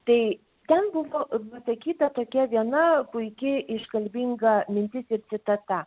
tai ten buvo pasakyta tokia viena puiki iškalbinga mintis ir citata